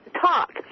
talk